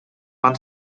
van